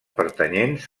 pertanyents